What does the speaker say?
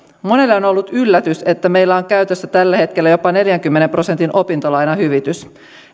monelle on ollut yllätys että meillä on käytössä tällä hetkellä jopa neljänkymmenen prosentin opintolainahyvitys